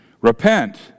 Repent